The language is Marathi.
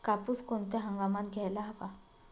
कापूस कोणत्या हंगामात घ्यायला हवा?